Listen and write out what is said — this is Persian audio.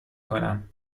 کنم